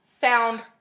found